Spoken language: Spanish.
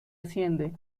asciende